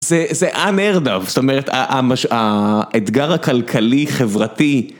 זה unheard of, זאת אומרת המש... האתגר הכלכלי חברתי.